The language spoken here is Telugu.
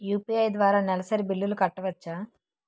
యు.పి.ఐ ద్వారా నెలసరి బిల్లులు కట్టవచ్చా?